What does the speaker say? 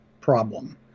problem